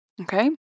Okay